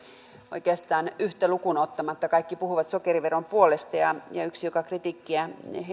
oikeastaan yhtä lukuun ottamatta kaikki puhuivat sokeriveron puolesta ja ja yksi joka kritiikkiä